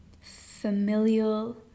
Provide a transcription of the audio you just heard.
familial